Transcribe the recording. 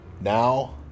now